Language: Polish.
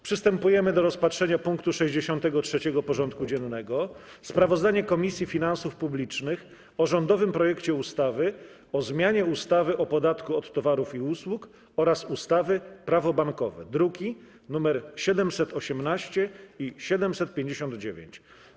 Przystępujemy do rozpatrzenia punktu 63. porządku dziennego: Sprawozdanie Komisji Finansów Publicznych o rządowym projekcie ustawy o zmianie ustawy o podatku od towarów i usług oraz ustawy - Prawo bankowe (druki nr 718 i 759)